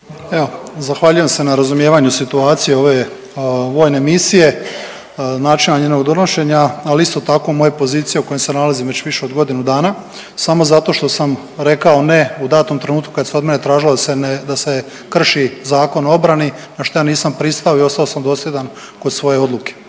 Evo zahvaljujem se na razumijevanju situacije ove vojne misije, načina njenog donošenja, ali isto tako moje pozicije u kojoj se nalazim već više od godinu dana samo zato što sam rekao ne u datom trenutku kad se od mene tražilo da se ne, da se krši Zakon o obrani na šta ja nisam pristao i ostao sam dosljedan kod svoje odluke.